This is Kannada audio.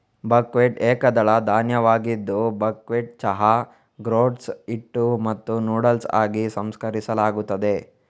ಬಕ್ವೀಟ್ ಏಕದಳ ಧಾನ್ಯವಾಗಿದ್ದು ಬಕ್ವೀಟ್ ಚಹಾ, ಗ್ರೋಟ್ಸ್, ಹಿಟ್ಟು ಮತ್ತು ನೂಡಲ್ಸ್ ಆಗಿ ಸಂಸ್ಕರಿಸಲಾಗುತ್ತದೆ